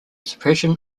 suppression